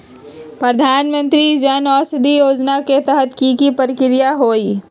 प्रधानमंत्री जन औषधि योजना के तहत की की प्रक्रिया होई?